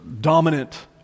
dominant